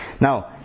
Now